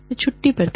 मैं छुट्टी पर था